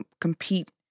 compete